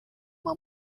uma